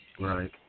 Right